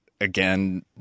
again